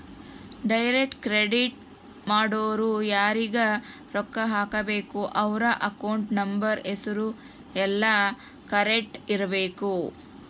direct credit ಮಾಡೊರು ಯಾರೀಗ ರೊಕ್ಕ ಹಾಕಬೇಕು ಅವ್ರ ಅಕೌಂಟ್ ನಂಬರ್ ಹೆಸರು ಯೆಲ್ಲ ಕರೆಕ್ಟ್ ಇರಬೇಕು